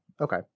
Okay